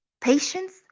patience